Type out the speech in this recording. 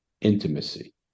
intimacy